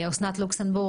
לד"ר אסנת לוקסנבורג,